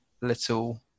little